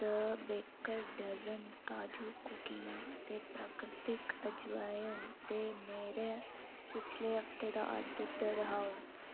the baker dozen काजू कुकियां ते प्राकृतिक अजवैन दे मेरा पिछले हफ्ते दा आर्डर दर्हाओ